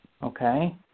Okay